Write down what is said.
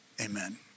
Amen